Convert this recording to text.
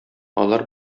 алар